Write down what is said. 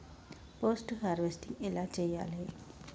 Post harvesting ఎలా చెయ్యాలే?